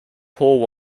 poor